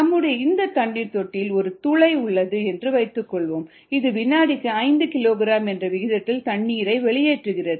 நம்முடைய இந்த தண்ணீர் தொட்டியில் ஒரு துளை உள்ளது என்று வைத்துக்கொள்வோம் இது வினாடிக்கு 5 கிலோகிராம் என்ற விகிதத்தில் தண்ணீரை வெளியேற்றுகிறது